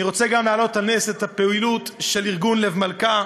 אני רוצה גם להעלות על נס את הפעילות של ארגון "לב מלכה",